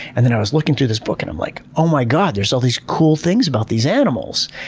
and then i was looking through this book and, i'm like, oh my god there's all these cool things about these animals.